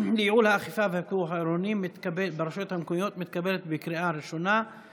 האכיפה והפיקוח העירוניים ברשויות המקומיות (הוראת שעה) (תיקון מס' 8),